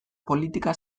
politika